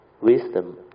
wisdom